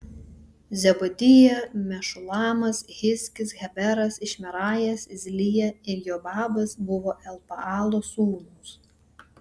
zebadija mešulamas hizkis heberas išmerajas izlija ir jobabas buvo elpaalo sūnūs